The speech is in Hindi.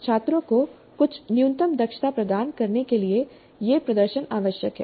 छात्रों को कुछ न्यूनतम दक्षता प्रदान करने के लिए यह प्रदर्शन आवश्यक है